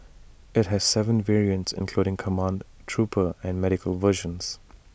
IT has Seven variants including command trooper and medical versions